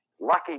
lucky